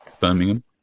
Birmingham